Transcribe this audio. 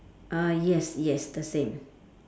uh yes yes the same